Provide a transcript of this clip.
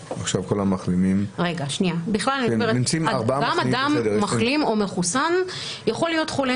גם אדם מחלים או מחוסן יכול להיות חולה.